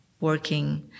working